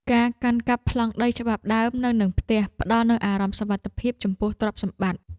ការកាន់កាប់ប្លង់ដីច្បាប់ដើមនៅនឹងផ្ទះ ផ្តល់នូវអារម្មណ៍សុវត្ថិភាពចំពោះទ្រព្យសម្បត្តិ។